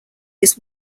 his